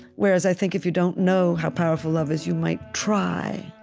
whereas, i think, if you don't know how powerful love is, you might try,